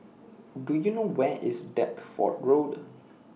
Do YOU know Where IS Deptford Road